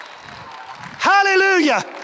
Hallelujah